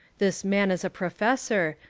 this man is a professor,